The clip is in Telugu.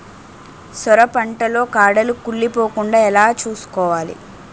సొర పంట లో కాడలు కుళ్ళి పోకుండా ఎలా చూసుకోవాలి?